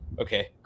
okay